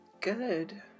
Good